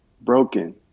broken